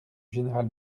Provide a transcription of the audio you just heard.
général